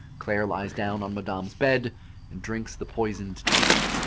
claire lies down on madame's bed and drinks the poisoned tea,